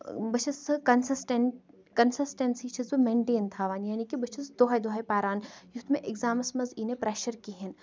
بہٕ چھَس consistent consistency چھَس بہٕ مینٹین تھاوان یعنے کہِ بہٕ چھَس دۄہے دۄہے پَران یُتھ مےٚ اِگزامَس منٛز یی نہٕ پریٚشَر کِہیٖنۍ